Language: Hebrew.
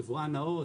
יבואן נאות,